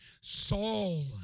Saul